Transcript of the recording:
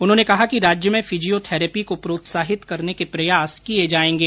उन्होंने कहा कि राज्य में फिजियोथेरेपी को प्रोत्साहित करने के प्रयास किये जायेंगे